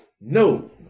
no